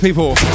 People